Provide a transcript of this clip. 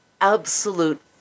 absolute